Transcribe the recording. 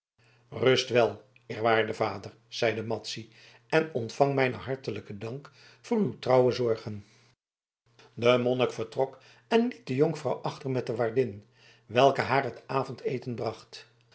rust wel eerwaarde vader zeide madzy en ontvang mijn hartelijken dank voor uw trouwe zorgen de monnik vertrok en liet de jonkvrouw alleen met de waardin welke haar het avondeten bracht